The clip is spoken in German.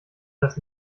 das